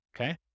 Okay